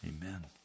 Amen